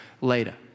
later